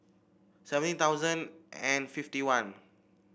seventeen thousand and fifty one